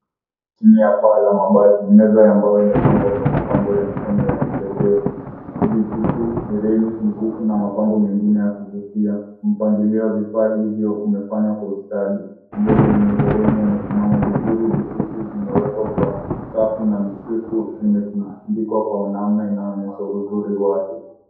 Chini ya paa la mabati ni meza ya mbao iliyopambwa kwa mapambo ya mikono ya kipekee vikuku, herini, mikufu na mapambo mengine ya kuvutia. Mpangilio wa vifaa hivyo umefanywa kwa ustadi umbo lenye herini limesimama vizuri vikuku vimewekwa kwa safu na mikufu imetundikwa kwa namna inayoonyesha uzuri wake.